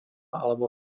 alebo